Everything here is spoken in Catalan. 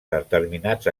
determinats